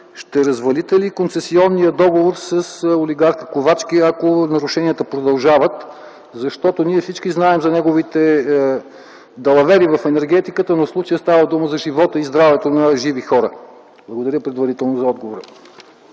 Ще развалите ли концесионния договор с олигарха Ковачки, ако нарушенията продължават? Защото всички ние знаем за неговите далавери в енергетиката, но в случая става дума за живота и здравето на живи хора. Предварително благодаря